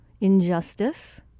injustice